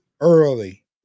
early